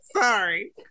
sorry